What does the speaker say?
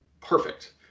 perfect